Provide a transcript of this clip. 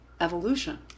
evolution